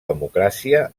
democràcia